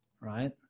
right